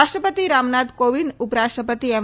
રાષ્ટ્રપતિ રામનાથ કોવિંદ ઉપરાષ્ટ્રપતિ એમ